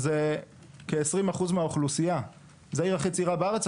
זו העיר הכי צעירה בארץ.